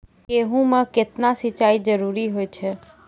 गेहूँ म केतना सिंचाई जरूरी होय छै?